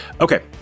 Okay